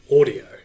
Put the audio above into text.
audio